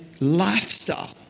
lifestyle